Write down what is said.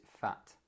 fat